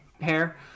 hair